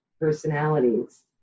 personalities